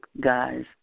guys